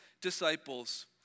disciples